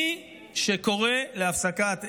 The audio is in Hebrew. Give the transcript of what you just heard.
מי שקורא להפסקת אש,